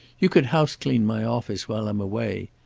you could house-clean my office while i'm away.